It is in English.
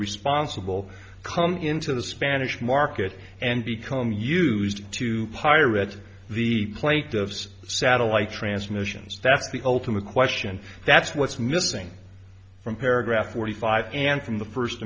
responsible come into the spanish market and become used to pirate the plate of satellite transmissions that's the ultimate question that's what's missing from paragraph forty five and from the first